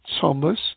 thomas